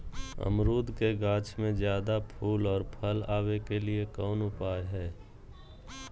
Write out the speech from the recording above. अमरूद के गाछ में ज्यादा फुल और फल आबे के लिए कौन उपाय है?